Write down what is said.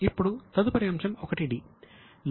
ఇప్పుడు తదుపరి అంశం '1 d'